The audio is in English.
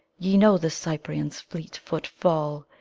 ye know the cyprian's fleet footfall!